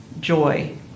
joy